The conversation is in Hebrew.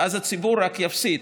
ואז הציבור רק יפסיד.